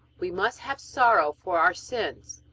we must have sorrow for our sins.